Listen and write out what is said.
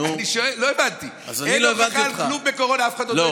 אין הוכחה לכלום בקורונה, אתה צודק.